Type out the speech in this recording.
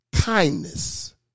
kindness